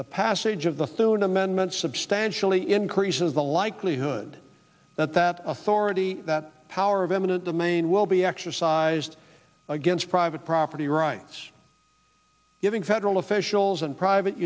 the passage of the through an amendment substantially increases the likelihood that that authority that power of eminent domain will be exercised against private property rights giving federal officials and private